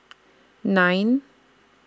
nine